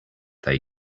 they